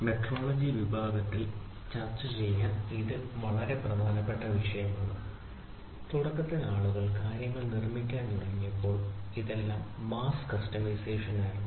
മെട്രോളജിയുടെ വിഷയത്തിൽ ചർച്ചചെയ്യാൻ ഇത് വളരെ പ്രധാനപ്പെട്ട വിഷയമാണ് തുടക്കത്തിൽ ആളുകൾ കാര്യങ്ങൾ നിർമ്മിക്കാൻ തുടങ്ങിയപ്പോൾ ഇതെല്ലാം മാസ് കസ്റ്റമൈസേഷൻ ആയിരുന്നു